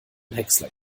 häcksler